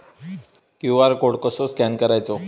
QR code कसो scan करायचो?